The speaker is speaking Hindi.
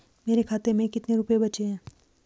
मेरे खाते में कितने रुपये बचे हैं?